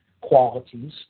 Qualities